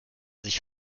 sich